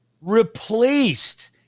replaced